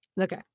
Okay